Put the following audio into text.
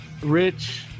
rich